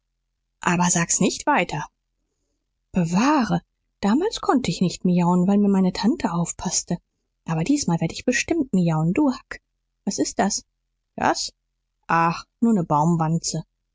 aber sag's nicht weiter bewahre damals konnte ich nicht miauen weil mir meine tante aufpaßte aber diesmal werde ich bestimmt miauen du huck was ist das das ach nur ne baumwanze